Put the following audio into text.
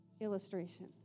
illustration